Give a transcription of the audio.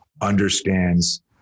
understands